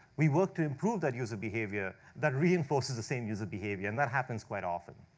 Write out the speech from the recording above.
we work to improve that user behavior. that reinforces the same user behavior. and that happens quite often.